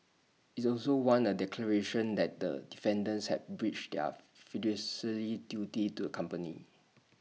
IT also wants A declaration that the defendants have breached their fiduciary duties to A company